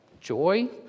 joy